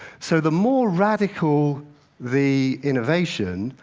so the more radical the innovation,